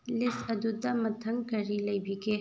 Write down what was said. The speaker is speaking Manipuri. ꯂꯤꯁ ꯑꯗꯨꯗ ꯃꯊꯪ ꯀꯔꯤ ꯂꯩꯕꯤꯒꯦ